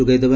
ଯୋଗାଇଦେବ